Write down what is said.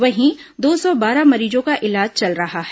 वहीं दो सौ बारह मरीजों का इलाज चल रहा है